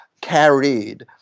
carried